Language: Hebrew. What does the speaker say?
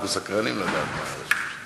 אנחנו סקרנים לדעת מה יש לו שם.